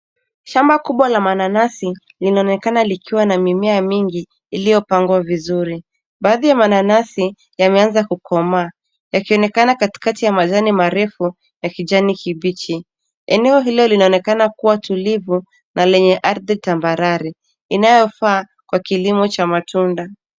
Shamba kubwa la mananasi linaonekana likiwa na mimea mingi iliyopangwa vizuri. Baadhi ya mananasi yameanza kukomaa yakionekana katikati ya majani marefu ya kijani kibichi. Eneo hilo linaonekana kuwa tulivu na lenye ardhi tambarare inayofaa kwa kilimo cha matunda.